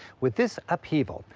with this upheaval,